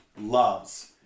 loves